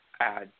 add